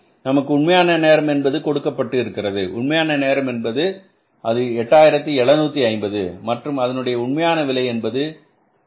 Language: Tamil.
நமக்கு உண்மையான நேரம் என்பது கொடுக்கப்பட்டு இருக்கிறது உண்மையான நேரம் எவ்வளவு அது 8750 மற்றும் அதனுடைய உண்மையான விலை என்பது 2